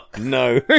No